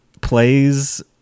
plays